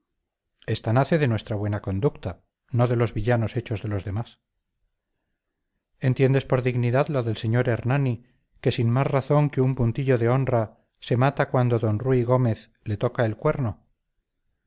esta nace de nuestra buena conducta no de los villanos hechos de los demás entiendes por dignidad la del sr hernani que sin más razón que un puntillo de honra se mata cuando d ruy gómez le toca el cuerno